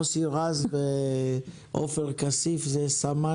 מוסי רז ועופר כסיף זה סמן